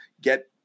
get